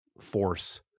force